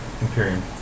Imperium